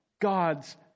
God's